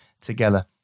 together